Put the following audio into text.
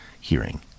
hearing